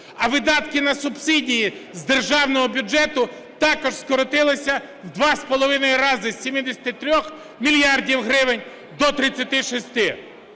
а видатки на субсидії з державного бюджету також скоротилися в 2,5 рази, з 73 мільярдів гривень